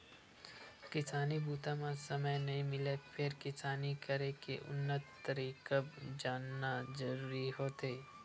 किसानी बूता म समे नइ मिलय फेर किसानी करे के उन्नत तरकीब जानना जरूरी होथे